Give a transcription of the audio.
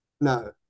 No